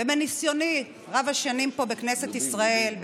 ומניסיוני רב-השנים פה בכנסת ישראל,